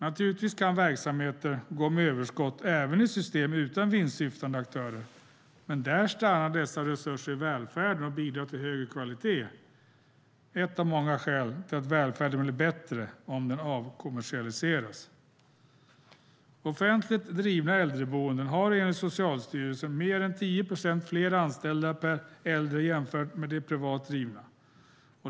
Naturligtvis kan verksamheter gå med överskott även i system utan vinstsyftande aktörer, men där stannar dessa resurser i välfärden och bidrar till högre kvalitet - ett av många skäl till att välfärden blir bättre om den avkommersialiseras. Offentligt drivna äldreboenden har enligt Socialstyrelsen mer än 10 procent fler anställda per äldre jämfört med de privat drivna.